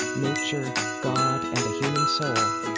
nature, god and the human soul,